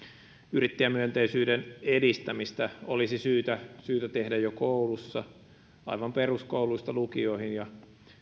yrittäjämyönteisyyden edistämistä olisi syytä syytä tehdä jo koulussa aivan peruskouluista lukioihin ja